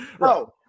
No